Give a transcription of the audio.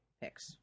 picks